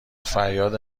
فریاد